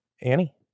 Annie